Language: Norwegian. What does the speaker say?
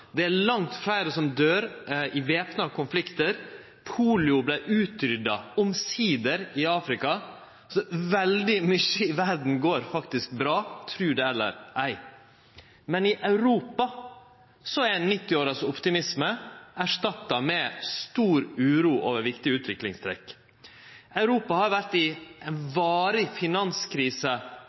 det er langt færre som døyr i væpna konfliktar, polio vart utrydda – omsider – i Afrika. Så veldig mykje i verda går faktisk bra, tru det eller ei. Men i Europa er optimismen frå 1990-åra erstatta med stor uro over viktige utviklingstrekk. Europa har vore i ei varig finanskrise